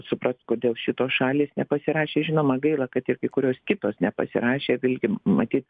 suprast kodėl šitos šalys nepasirašė žinoma gaila kad ir kai kurios kitos nepasirašė vėlgi matyt